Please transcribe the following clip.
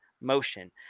motion